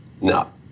No